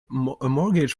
mortgage